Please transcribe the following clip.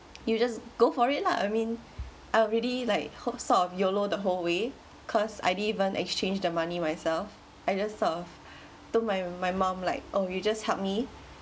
you just go for it lah I mean I would really like hope sort of YOLO the whole way cause I didn't even exchange the money myself I just sort of told my my mum like or you just help me